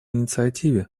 инициативе